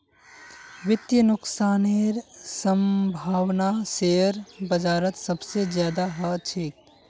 वित्तीय नुकसानेर सम्भावना शेयर बाजारत सबसे ज्यादा ह छेक